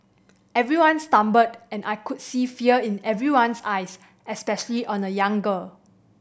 everyone stumbled and I could see fear in everyone's eyes especially on a young girl